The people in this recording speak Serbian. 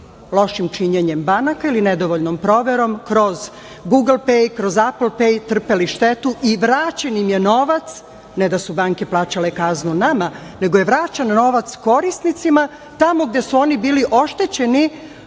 lošim činjenjem banaka ili nedovoljnom proverom kroz Google Pay, kroz Apple Pay trpeli štetu i vraćen im je novac. Ne da su banke plaćale kaznu nama, nego je vraćen novac korisnicima tamo gde su oni bili oštećeni